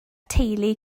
teulu